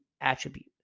attribute